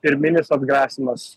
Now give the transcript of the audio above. pirminis atgrasymas